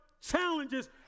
challenges